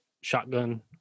shotgun